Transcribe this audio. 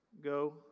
Go